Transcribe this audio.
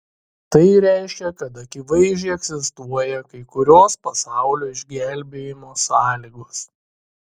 tai reiškia kad akivaizdžiai egzistuoja kai kurios pasaulio išgelbėjimo sąlygos